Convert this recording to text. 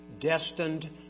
destined